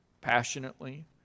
passionately